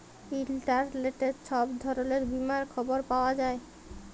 ইলটারলেটে ছব ধরলের বীমার খবর পাউয়া যায়